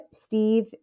Steve